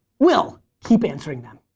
we'll keep answering them.